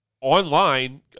online